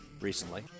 recently